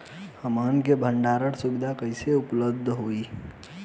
हमन के भंडारण सुविधा कइसे उपलब्ध होई?